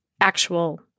actual